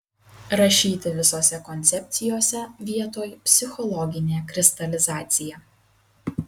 rašyti visose koncepcijose vietoj psichologinė kristalizacija